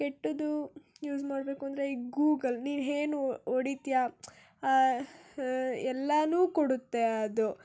ಕೆಟ್ಟದ್ದು ಯೂಸ್ ಮಾಡಬೇಕು ಅಂದರೆ ಈ ಗೂಗಲ್ ನೀನು ಏನು ಹೊಡಿತ್ಯಾ ಎಲ್ಲಾನು ಕೊಡುತ್ತೆ ಅದು